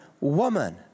woman